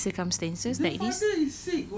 is there really circumstances like this